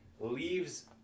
leaves